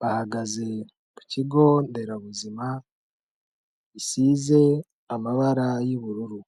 bahagaze ku kigo nderabuzima gisize amabara y'ubururu.